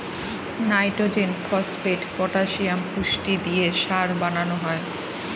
nitrogen, phosphate, potassium পুষ্টি দিয়ে সার বানানো হয়